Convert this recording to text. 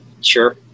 sure